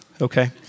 Okay